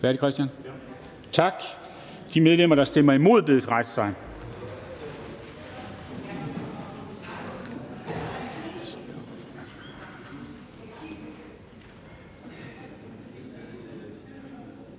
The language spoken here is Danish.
rejse sig. Tak. De medlemmer, der stemmer imod, bedes rejse